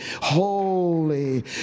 holy